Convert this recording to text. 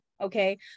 Okay